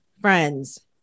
friends